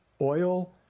oil